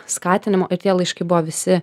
skatinimo ir tie laiškai buvo visi